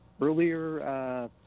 earlier